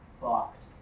fucked